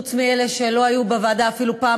חוץ משל אלה שלא היו בוועדה אפילו פעם